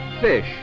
Fish